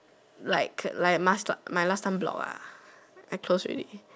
like like my last time blog I close already